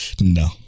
No